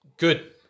Good